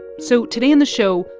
so today on the show,